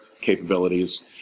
capabilities